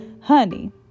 honey